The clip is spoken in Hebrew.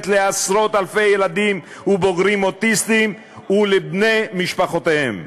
לעשרות-אלפי ילדים ובוגרים אוטיסטים ולבני משפחותיהם.